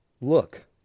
Look